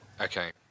Okay